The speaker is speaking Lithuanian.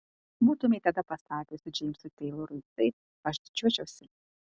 būtumei tada pasakiusi džeimsui teilorui taip aš didžiuočiausi